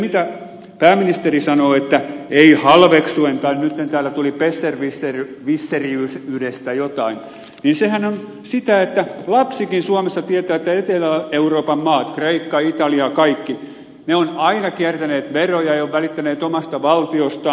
kun pääministeri sanoo että ei halveksuen tai kun nyt täällä tuli besserwisseriydestä jotain niin sehän on sitä että lapsikin suomessa tietää että etelä euroopan maat kreikka italia kaikki ne ovat aina kiertäneet veroja eivät ole välittäneet omasta valtiostaan